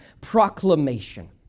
proclamation